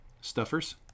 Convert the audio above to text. Stuffers